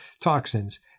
toxins